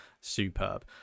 superb